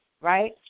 right